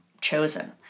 chosen